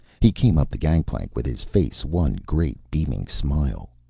he came up the gangplank with his face one great beaming smile.